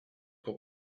pour